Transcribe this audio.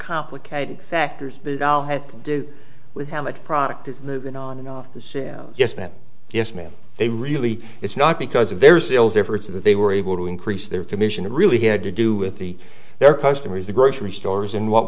complicated factors have to do with how much product is moving on and off the sale yes ma'am yes ma'am they really it's not because of their sales efforts that they were able to increase their commission really had to do with the their customers the grocery stores and what